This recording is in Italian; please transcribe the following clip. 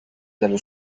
dallo